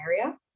area